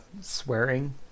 swearing